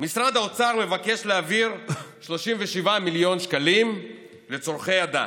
משרד האוצר מבקש להעביר 37 מיליון שקלים לצורכי הדת,